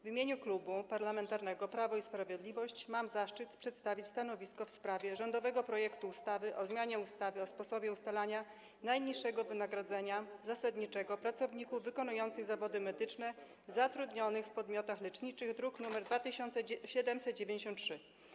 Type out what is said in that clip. W imieniu Klubu Parlamentarnego Prawo i Sprawiedliwość mam zaszczyt przedstawić stanowisko w sprawie rządowego projektu ustawy o zmianie ustawy o sposobie ustalania najniższego wynagrodzenia zasadniczego pracowników wykonujących zawody medyczne zatrudnionych w podmiotach leczniczych, druk nr 2793.